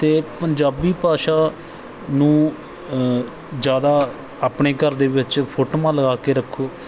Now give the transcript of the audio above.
ਅਤੇ ਪੰਜਾਬੀ ਭਾਸ਼ਾ ਨੂੰ ਜ਼ਿਆਦਾ ਆਪਣੇ ਘਰ ਦੇ ਵਿੱਚ ਫੋਟੋਆਂ ਲਗਾ ਕੇ ਰੱਖੋ